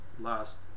last